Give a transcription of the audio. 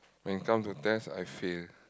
when it comes to test I fail